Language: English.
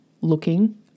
looking